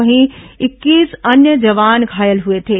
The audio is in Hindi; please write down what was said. वहीं इकतीस अन्य जवान घायल हुए थे